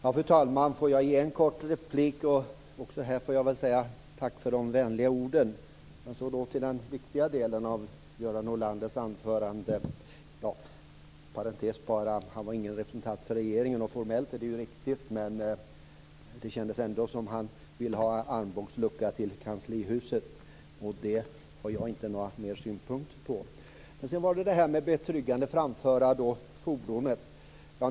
Fru talman! Låt mig först tacka för de vänliga orden. Sedan går jag över till den viktiga delen av Göran Norlanders anförande. Han sade att han inte är någon representant för regeringen, och formellt är det ju riktigt. Men det kändes ändå som om han ville ha armbågs lucka till kanslihuset, och det har jag inga synpunkter på. Men sedan var det detta med att betryggande framföra fordonet.